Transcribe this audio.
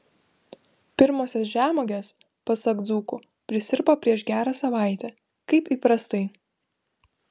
pirmosios žemuogės pasak dzūkų prisirpo prieš gerą savaitę kaip įprastai